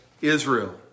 Israel